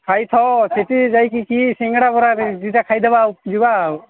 ଖାଇଥାଅ ସେଠି ଯାଇକି ସିଙ୍ଗଡ଼ା ବରା ଦୁଇଟା ଖାଇଦେବା ଆଉ ଯିବା ଆଉ